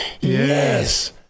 Yes